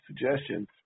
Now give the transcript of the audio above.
suggestions